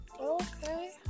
okay